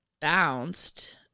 bounced